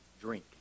drink